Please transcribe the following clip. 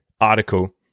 article